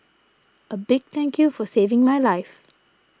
a big thank you for saving my life